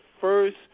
first